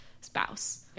spouse